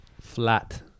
Flat